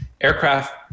aircraft